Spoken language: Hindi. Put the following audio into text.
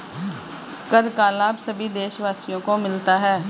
कर का लाभ सभी देशवासियों को मिलता है